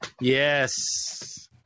Yes